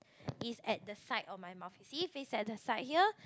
is at the side of my mouth you see face at the side here